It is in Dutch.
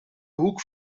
hoek